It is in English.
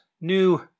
new